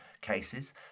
cases